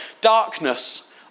Darkness